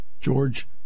George